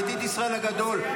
ידיד ישראל הגדול,